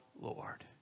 Lord